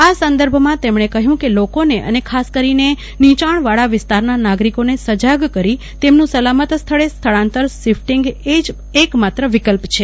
આ સંદર્ભમાં તેમણે કહ્યું કે લોકોને અને ખાસ કરીને નીચાણવાળા વિસ્તારના નાગરીકોને સજાગ કરી તેમનું સલામત સ્થળે સ્થળાંતર શિફટીંગ એ જ એકમાત્ર વિકલ્પ છે